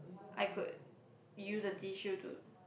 I could use a tissue to